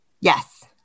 Yes